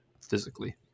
physically